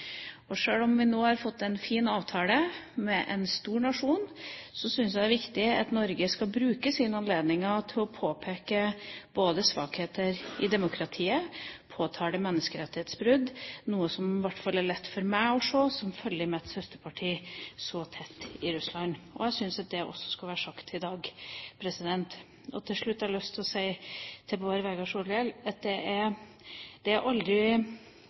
Og sjøl om vi nå har fått en fin avtale med en stor nasjon, syns jeg det er viktig at Norge bruker de anledninger en har til å påpeke svakheter i demokratiet og påtale menneskerettighetsbrudd, noe som i hvert fall er lett for meg å se, som følger mitt søsterparti så tett i Russland. Jeg syns at det også skal være sagt i dag. Til slutt har jeg lyst til å si til Bård Vegar Solhjell at det er aldri byråkratenes skyld at de opptrer ansiktsløse. Det er